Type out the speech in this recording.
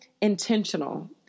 intentional